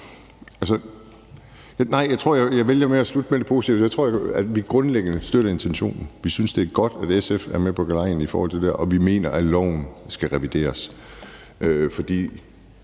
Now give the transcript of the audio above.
og jeg tror, jeg vil vælge at slutte af med det positive, altså at vi grundlæggende støtter intentionen, at vi synes, det er godt, at SF er med på galejen i forhold til det her, og at vi mener, at loven skal revideres. For